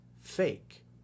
fake